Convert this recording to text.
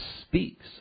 speaks